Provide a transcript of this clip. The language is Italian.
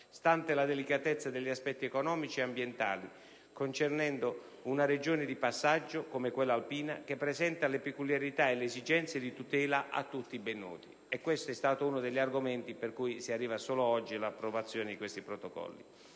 stante la delicatezza degli aspetti economici ed ambientali, concernendo una regione di passaggio, come quella alpina, che presenta le peculiarità e le esigenze di tutela a tutti ben note. Questo è stato uno degli argomenti a causa dei quali si è arrivati solo oggi all'approvazione di questi Protocolli.